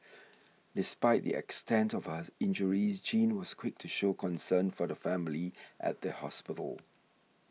despite the extent of her injures Jean was quick to show concern for the family at the hospital